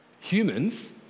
humans